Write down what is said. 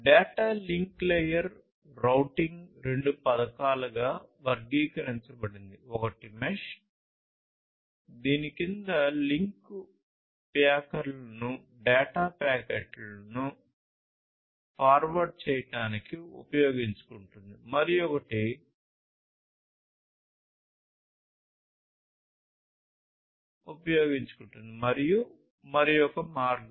data link layer routing రెండు పథకాలుగా వర్గీకరించబడింది ఒకటి మెష్ దీని కింద లింక్ ప్యాకర్లను డేటా ప్యాకెట్లను ఫార్వార్డ్ చేయడానికి ఉపయోగించుకుంటుంది మరియు మరొకటి మార్గం